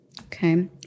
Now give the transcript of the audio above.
Okay